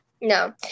No